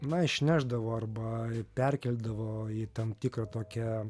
na išnešdavo arba perkeldavo į tam tikrą tokią